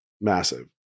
massive